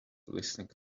listening